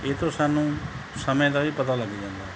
ਇਹ ਤੋਂ ਸਾਨੂੰ ਸਮੇਂ ਦਾ ਵੀ ਪਤਾ ਲੱਗ ਜਾਂਦਾ